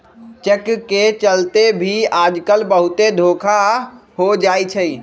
cheque के चलते भी आजकल बहुते धोखा हो जाई छई